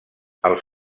els